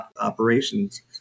operations